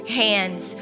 hands